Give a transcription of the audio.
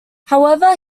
however